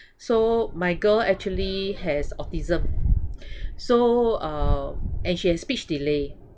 so my girl actually has autism has so uh and she has speech delay